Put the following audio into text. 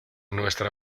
nuestra